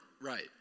Right